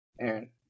Aaron